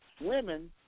Women